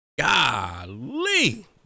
golly